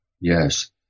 Yes